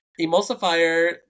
Emulsifier